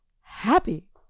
happy